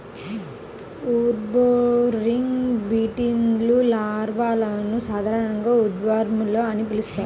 wood boring బీటిల్స్లో లార్వాలను సాధారణంగా ఉడ్వార్మ్ అని పిలుస్తారు